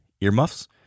earmuffs